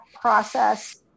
process